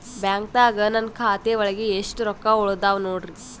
ಬ್ಯಾಂಕ್ದಾಗ ನನ್ ಖಾತೆ ಒಳಗೆ ಎಷ್ಟ್ ರೊಕ್ಕ ಉಳದಾವ ನೋಡ್ರಿ?